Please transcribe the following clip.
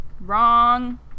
wrong